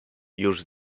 już